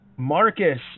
Marcus